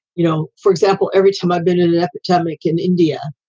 you know, for example, every time i've been an epidemic in india,